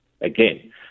again